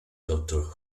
doctor